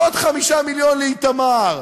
עוד 5 מיליון לאיתמר,